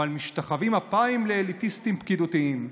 אבל משתחווים אפיים לאליטיסטים פקידותיים.